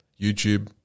YouTube